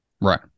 Right